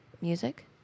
music